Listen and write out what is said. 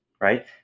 right